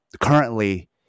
currently